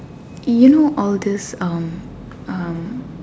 you know all these um um